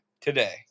today